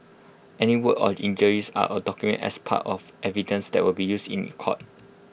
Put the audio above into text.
any wounds or injuries are documented as part of evidence that will be used in court